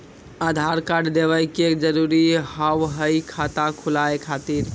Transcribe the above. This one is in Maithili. आधार कार्ड देवे के जरूरी हाव हई खाता खुलाए खातिर?